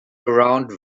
around